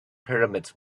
pyramids